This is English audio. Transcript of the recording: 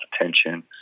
attention